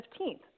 15th